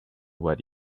what